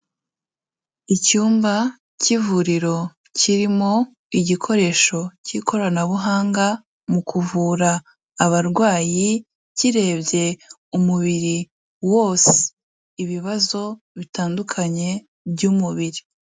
Icyumba k'ivuriro kirimo igikoresho cy'ikoranabuhanga mu kuvura abarwayi, kirebye umubiri wose ibibazo bitandukanye by'umubiri.